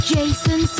Jason